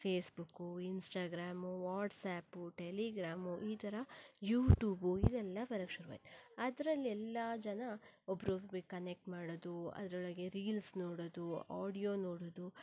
Facebook Instagram WhatsApp Telegram ಈ ಥರ YouTube ಇದೆಲ್ಲ ಬರೋಕ್ಕೆ ಶುರುವಾಯಿತು ಅದರಲ್ಲೆಲ್ಲ ಜನ ಒಬ್ಬೊಬ್ಬರಿಗೆ ಕನೆಕ್ಟ್ ಮಾಡೋದು ಅದರೊಳಗೆ ರೀಲ್ಸ್ ನೋಡೋದು ಆಡಿಯೋ ನೋಡೋದು